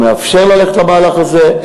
מאפשר ללכת למהלך הזה.